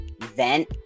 vent